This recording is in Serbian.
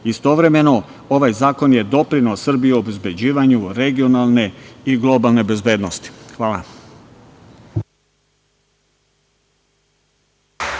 Istovremeno, ovaj zakon je doprineo Srbiji obezbeđivanju regionalne i globalne bezbednosti. Hvala.